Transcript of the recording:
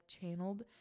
channeled